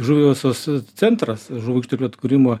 žuvivaisos centras žuvų išteklių atkūrimo